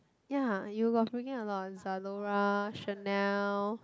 ya you got freaking a lot Zalora Chanel